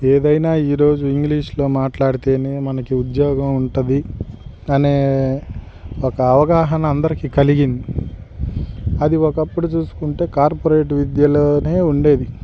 ఏదైనా ఈరోజు ఇంగ్లీష్లో మాట్లాడితేనే మనకి ఉద్యోగం ఉంటుంది అనే ఒక అవగాహన అందరికీ కలిగింది అది ఒకప్పుడు చూసుకుంటే కార్పొరేట్ విద్యలోనే ఉండేది